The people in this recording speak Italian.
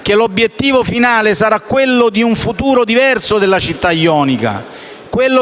che l'obiettivo finale sarà quello di offrire un diverso futuro alla città ionica,